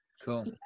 cool